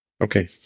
Okay